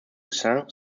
saint